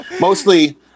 Mostly